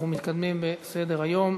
אנחנו מתקדמים בסדר-היום.